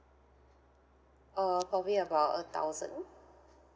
uh probably about a thousand